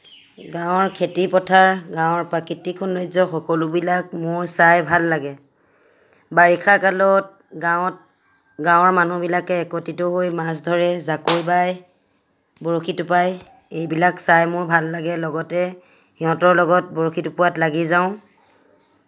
গাঁৱৰ খেতি পথাৰ গাঁৱৰ প্ৰাকৃতিক সৌন্দৰ্য্য সকলোবিলাক মোৰ চাই ভাল লাগে বাৰিষা কালত গাঁৱত গাঁৱৰ মানুহবিলাকে একত্ৰিত হৈ মাছ ধৰে জাকৈ বায় বৰশী টোপায় এইবিলাক চাই মোৰ ভাল লাগে লগতে সিহঁতৰ লগত বৰশী টোপোৱাত লাগি যাওঁ